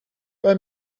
bei